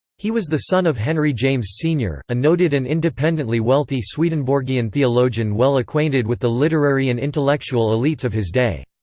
he was the son of henry james sr, a noted and independently wealthy swedenborgian theologian well acquainted with the literary and intellectual elites of his day.